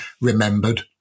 remembered